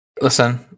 Listen